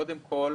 קודם כול,